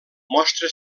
mostra